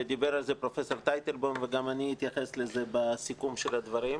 ודיבר על זה פרופ' טייטלבאום וגם אני אתייחס לזה בסיכום של הדבר,